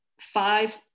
five